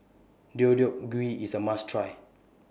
Deodeok Gui IS A must Try